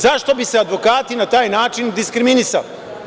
Zašto bi se advokati na taj način diskriminisali?